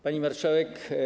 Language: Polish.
Pani Marszałek!